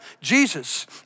Jesus